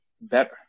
better